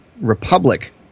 Republic